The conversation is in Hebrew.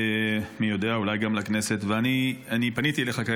מי יודע, אולי גם לכנסת?